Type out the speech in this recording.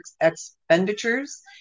expenditures